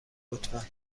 لطفا